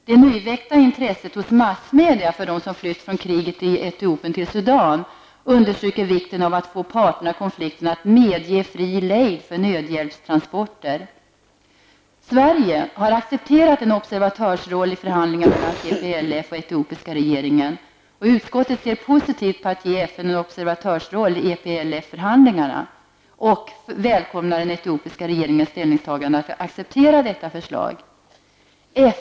Det nyväckta intresset hos massmedia för dem som flytt från kriget i Etiopien till Sudan, understryker vikten av att få parterna i konflikterna att medge fri lejd för nödhjälpstransporter. Sverige har accepterat en observatörsroll i förhandlingar mellan TPFL och den etiopiska regeringen. Utskottet ser positivt på att ge FN en observatörsroll i EPLF-förhandlingarna och välkomnar den etiopiska regeringens ställningstagande att acceptera detta förslag.